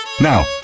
Now